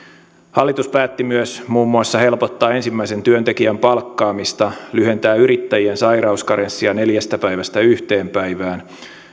hallitus päätti myös muun muassa helpottaa ensimmäisen työntekijän palkkaamista lyhentää yrittäjien sairauskarenssia neljästä päivästä yhteen päivään